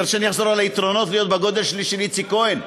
אתה רוצה שאני אחזור על היתרונות של להיות בגודל שלי ושל איציק כהן?